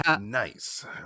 Nice